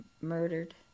murdered